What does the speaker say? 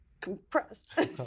compressed